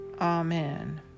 Amen